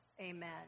Amen